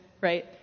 right